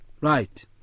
Right